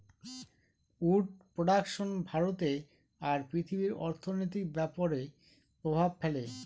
would production ভারতে আর পৃথিবীর অর্থনৈতিক ব্যাপরে প্রভাব ফেলে